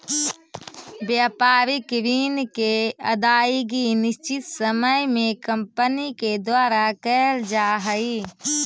व्यापारिक ऋण के अदायगी निश्चित समय में कंपनी के द्वारा कैल जा हई